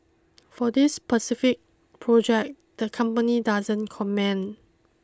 for this specific project the company doesn't comment